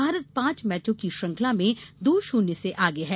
भारत पांच मैचों की श्रृंखला में दो शून्य से आगे है